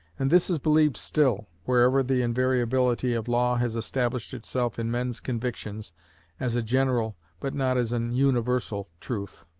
and this is believed still, wherever the invariability of law has established itself in men's convictions as a general, but not as an universal truth.